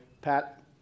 Pat